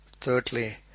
thirdly